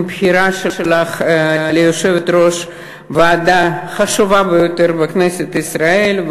עם בחירתך ליושבת-ראש ועדה חשובה ביותר בכנסת ישראל,